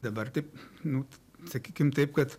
dabar taip nu sakykim taip kad